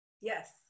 Yes